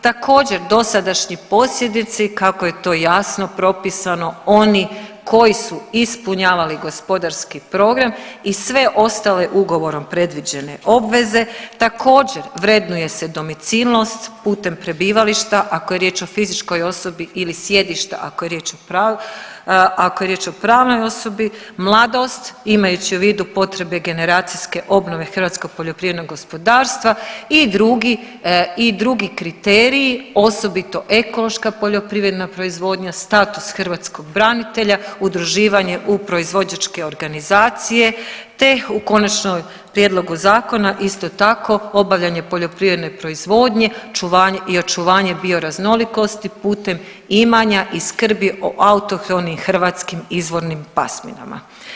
Također dosadašnji posjednici kako je to jasno propisani oni koji su ispunjavali gospodarski program i sve ostale ugovorom predviđene obveze također vrednuje se domicilnost putem prebivališta, ako je riječ o fizičkoj osobi ili sjedišta ako je riječ o pravnoj osobi, mladost imajući u vidu potrebe generacijske obnove hrvatskog poljoprivrednog gospodarstva i drugi, i drugi kriterij osobito ekološka poljoprivredna proizvodnja, status hrvatskog branitelja, udruživanje u proizvođačke organizacije, te u konačnom prijedlogu zakona isto tako obavljanje poljoprivredne proizvodnje i očuvanje bioraznolikosti putem imanja i skrbi o autohtonim hrvatskim izvornim pasminama.